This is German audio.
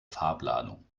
farbladung